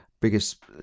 biggest